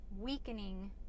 weakening